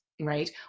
Right